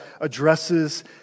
addresses